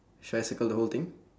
should I circle the whole thing